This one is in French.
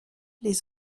les